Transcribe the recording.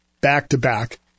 back-to-back